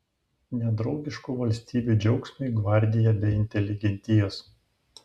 nedraugiškų valstybių džiaugsmui gvardija be inteligentijos